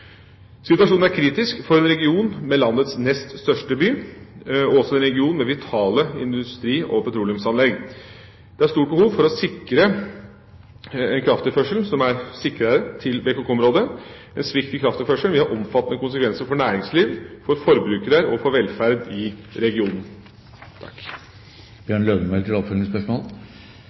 Situasjonen er kritisk for en region med landets nest største by og vitale industri- og petroleumsanlegg. Det er stort behov for en sikrere krafttilførsel til BKK-området. En svikt i krafttilførselen vil ha omfattende konsekvenser for næringsliv, for forbrukere og for velferd i regionen.